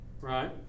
right